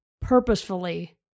purposefully